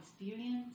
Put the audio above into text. experience